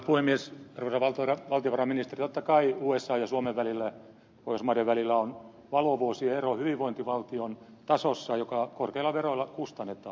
arvoisa valtiovarainministeri totta kai usan ja suomen välillä pohjoismaiden välillä on valovuosien ero hyvinvointivaltion tasossa joka korkeilla veroilla kustannetaan